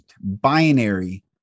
binary